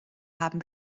haben